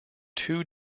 two